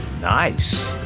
nice